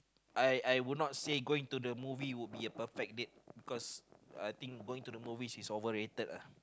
I I would not say going to the movie would be a perfect date because I think going to the movies is overrated uh